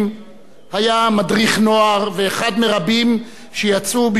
היה מדריך נוער ואחד מרבים שיצאו בשמה של תנועה